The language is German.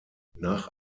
nach